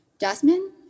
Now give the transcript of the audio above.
Jasmine